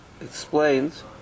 explains